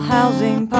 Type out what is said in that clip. Housing